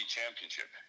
Championship